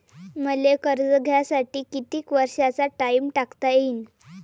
मले कर्ज घ्यासाठी कितीक वर्षाचा टाइम टाकता येईन?